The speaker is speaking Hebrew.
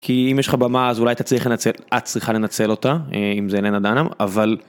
כי אם יש לך במה אז אולי אתה צריך לנצל, את צריכה לנצל אותה אם זה לנה דנהאם אבל